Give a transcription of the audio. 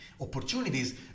opportunities